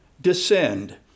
descend